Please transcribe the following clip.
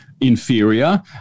inferior